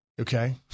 Okay